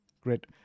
great